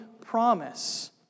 promise